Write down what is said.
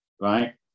right